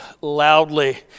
loudly